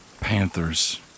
Panthers